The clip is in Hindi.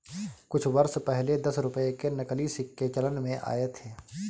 कुछ वर्ष पहले दस रुपये के नकली सिक्के चलन में आये थे